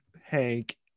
Hank